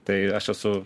tai aš esu